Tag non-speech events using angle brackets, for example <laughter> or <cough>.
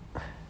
<noise>